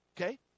Okay